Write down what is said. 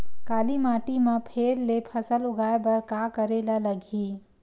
काली माटी म फेर ले फसल उगाए बर का करेला लगही?